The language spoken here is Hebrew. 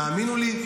האמינו לי,